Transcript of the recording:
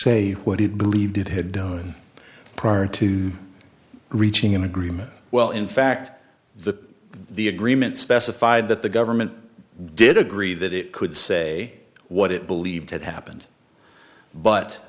say what it believed it had done prior to reaching an agreement well in fact the agreement specified that the government did agree that it could say what it believed had happened but